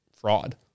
fraud